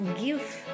Give